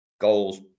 Goals